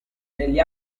negli